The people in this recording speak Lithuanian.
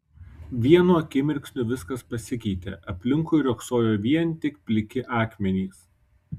vienu akimirksniu viskas pasikeitė aplinkui riogsojo vien tik pliki akmenys